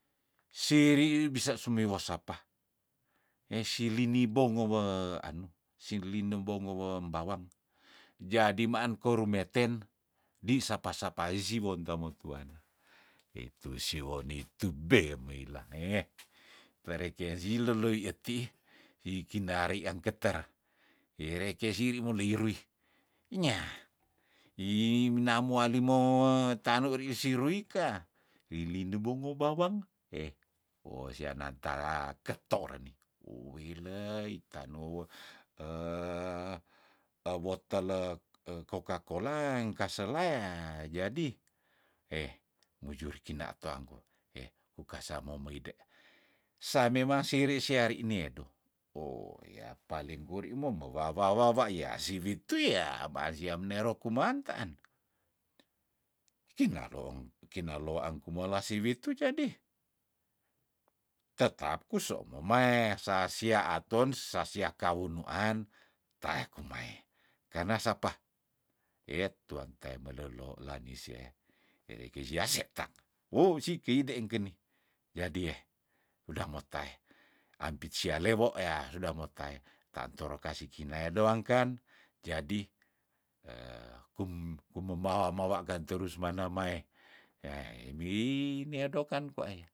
Seri bisa sumi wosapa heh silini bongo we anu siline bongowem bawang jadi maan korumeten di sapa- sapa isi wonta motuana keitu siwon itu bemeila eh pereke sileloi etiih si kindari ang keter ye rekei siri moloirui nyah imina moali mowe tanu ri sirui kah lilinebongo bawang heh woh sianata ketoroni woilei tanowe ewotelek koka kola engkasela ya jadi heh mujur cina atoangkuwa heh kukasamou moide samemang siri seari nie doh oyah paling kuri mome wawawawaya si witu yah ba siam menero kuman kaan kinaloong kinaloan kumola siwitu jadi tetap kusomo mae sasia aton sasia kawunoan tae kumae kana sapa eh tuang tae melelo lani sea herekei yah setang woh si kei dengkeni jadi eh udah motae ampitsia lewo yah sudah motae tantoro kasi kinae doang kan jadi kum- kumemawa mawa kan terus mana maeh yaeh bi neadokan kwa eh